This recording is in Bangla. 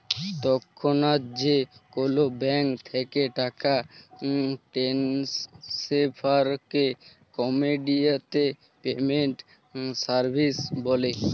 তৎক্ষনাৎ যে কোলো ব্যাংক থ্যাকে টাকা টেনেসফারকে ইমেডিয়াতে পেমেন্ট সার্ভিস ব্যলে